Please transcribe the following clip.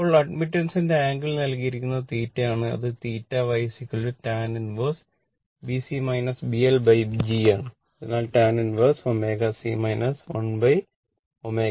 ഇപ്പോൾ അഡ്മിറ്റൻസിന്റെ ആംഗിൾ നൽകിയിരിക്കുന്നത് θ ആണ് ഇത് θ Y tan 1G